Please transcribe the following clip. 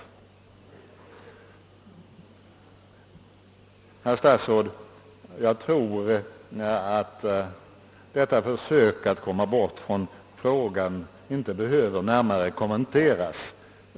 Jag tror, herr statsråd, att detta försök att komma bort från frågan inte behöver närmare kommenteras.